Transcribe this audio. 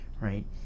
right